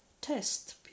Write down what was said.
test